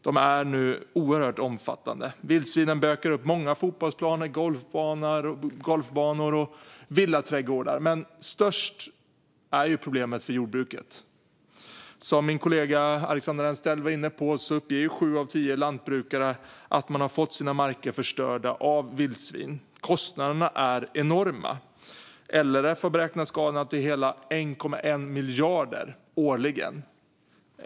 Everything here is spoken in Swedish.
De är nu oerhört omfattande. Vildsvinen bökar upp många fotbollsplaner, golfbanor och villaträdgårdar. Men störst är problemet för jordbruket. Som min kollega Alexandra Anstrell var inne på uppger sju av tio lantbrukare att de fått sina marker förstörda av vildsvin. Kostnaderna för skadorna är enorma. LRF har beräknat dem till hela 1,1 miljarder årligen.